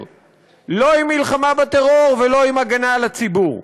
לא עם מלחמה בטרור ולא עם הגנה על הציבור.